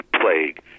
plague